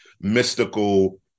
mystical